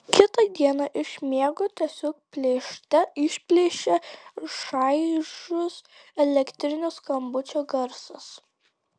kitą dieną iš miego tiesiog plėšte išplėšia šaižus elektrinio skambučio garsas